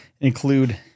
include